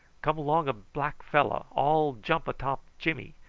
come along a black fellow. all jump atop jimmy.